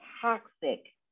toxic